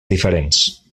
diferents